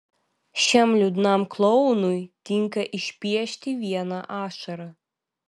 šiam liūdnam klounui tinka išpiešti vieną ašarą